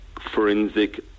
forensic